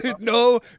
No